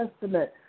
testament